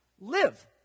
live